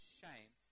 shame